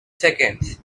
seconds